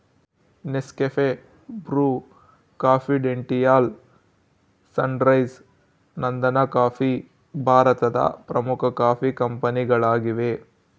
Nescafe, Bru, Confidential, Sunrise, Nandan coffee ಭಾರತದ ಪ್ರಮುಖ coffee ಕಂಪನಿಗಳಾಗಿವೆ